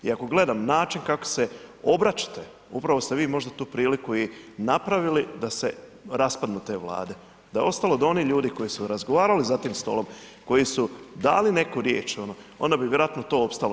I ako gledam način kao se obraćate, upravo ste vi možda tu priliku i napravili da se raspadnu te vlade, da je ostalo do onih ljudi koji su razgovarali za tim stolom, koji su dali neku riječ ono, onda bi vjerojatno to opstalo.